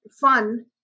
fun